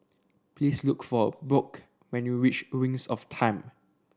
please look for Brooke when you reach Wings of Time